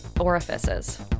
orifices